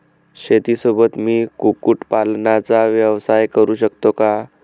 शेतीसोबत मी कुक्कुटपालनाचा व्यवसाय करु शकतो का?